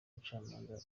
mucamanza